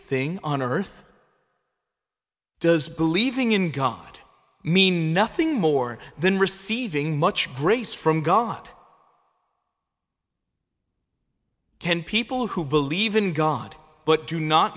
thing on earth does believing in god mean nothing more than receiving much grace from god ken people who believe in god but do not